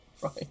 Right